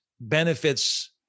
benefits